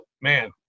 man